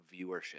viewership